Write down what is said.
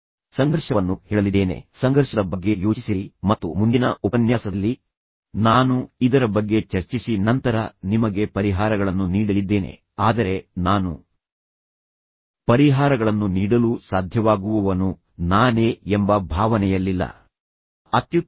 ನಾನು ಸಂಘರ್ಷವನ್ನು ಹೇಳಲಿದ್ದೇನೆ ಸಂಘರ್ಷದ ಬಗ್ಗೆ ಯೋಚಿಸಿರಿ ಮತ್ತು ಮುಂದಿನ ಉಪನ್ಯಾಸದಲ್ಲಿ ನಾನು ಇದರ ಬಗ್ಗೆ ಚರ್ಚಿಸಿ ನಂತರ ನಿಮಗೆ ಪರಿಹಾರಗಳನ್ನು ನೀಡಲಿದ್ದೇನೆ ಆದರೆ ನಾನು ಪರಿಹಾರಗಳನ್ನು ನೀಡಲು ಸಾಧ್ಯವಾಗುವವನು ನಾನೇ ಎಂಬ ಭಾವನೆಯಲ್ಲಿಲ್ಲ ಎಂದು ಈಗ ನಿಮಗೆ ಹೇಳಲು ಹೋಗುತ್ತಿಲ್ಲ